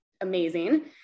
amazing